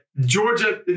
Georgia